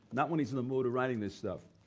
not when he's in the mood of writing this stuff.